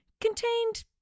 contained